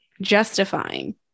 Justifying